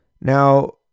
now